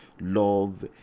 Love